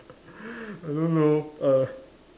I don't know err